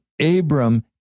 Abram